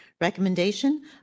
recommendation